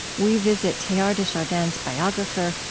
we visit teilhard de chardin's biographer,